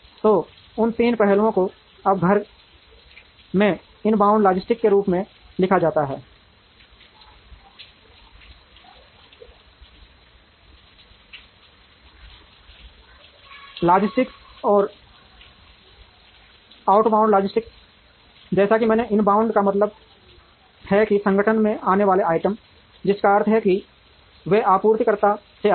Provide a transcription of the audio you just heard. तो उन तीन पहलुओं को अब घर में इनबाउंड लॉजिस्टिक्स के रूप में लिखा जाता है लॉजिस्टिक्स और आउटबाउंड लॉजिस्टिक्स जैसा कि मैंने इनबाउंड का मतलब है कि संगठन में आने वाले आइटम जिसका अर्थ है कि वे आपूर्तिकर्ताओं से आते हैं